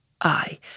I